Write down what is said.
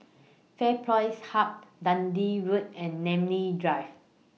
FairPrice Hub Dundee Road and Namly Drive